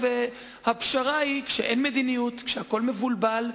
הפשרה היא, כשאין מדיניות, כשהכול מבולבל,